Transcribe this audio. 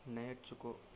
నేర్చుకో